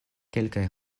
kelkaj